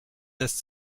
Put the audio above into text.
lässt